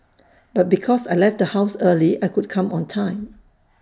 but because I left the house early I could come on time